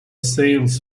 sales